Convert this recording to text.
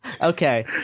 Okay